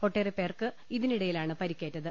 ഒട്ടേറെ പേർക്ക് ഇതിനിടയിലാണ് പരിക്കേറ്റത്